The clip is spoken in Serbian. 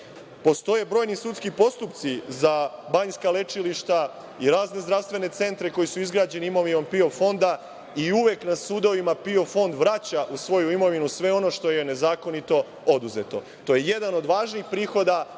Postoje brojni sudski postupci za banjska lečilišta i razne zdravstvene centre koji su izgrađeni imovinom PIO fonda i uvek na sudovima PIO fond vraća u svoju imovinu sve ono što je nezakonito oduzeto. To je jedan od važnih prihoda